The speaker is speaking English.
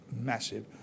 massive